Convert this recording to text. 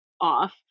off